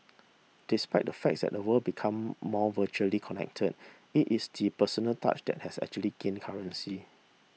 despite the fact that the world become more virtually connected it is the personal touch that has actually gained currency